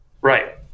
right